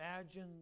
imagine